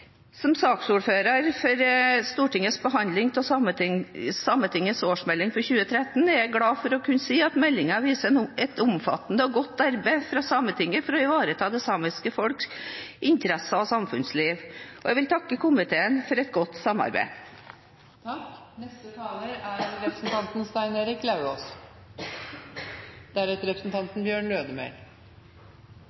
Som saksordfører for Stortingets behandling av Sametingets årsmelding for 2013 er jeg glad for å kunne si at meldingen viser et omfattende og godt arbeid fra Sametinget for å ivareta det samiske folks interesser og samfunnsliv, og jeg vil takke komiteen for et godt samarbeid. Sametinget har siden åpningen høsten 1989 blitt tillagt flere oppgaver og er